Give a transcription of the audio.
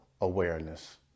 awareness